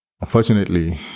unfortunately